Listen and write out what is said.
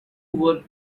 were